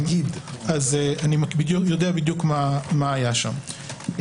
אני יודע בדיוק מה היה שם.